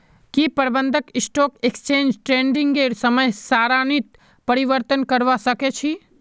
की प्रबंधक stock exchange ट्रेडिंगेर समय सारणीत परिवर्तन करवा सके छी